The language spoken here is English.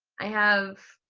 i have